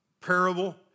parable